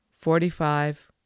forty-five